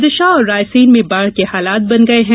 विदिशा और रायसेन में बाढ़ के हालात बन गए हैं